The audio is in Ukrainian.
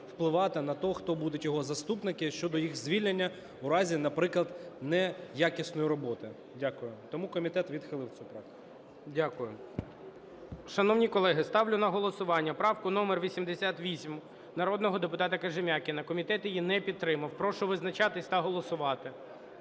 впливати на те, хто будуть його заступники щодо їх звільнення у разі, наприклад, неякісної роботи. Дякую. Тому комітет відхилив цю правку. ГОЛОВУЮЧИЙ. Дякую. Шановні колеги, ставлю на голосування правку номер 88 народного депутата Кожем'якіна. Комітет її не підтримав. Прошу визначатися та голосувати.